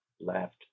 laughed